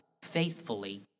faithfully